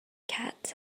cats